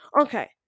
Okay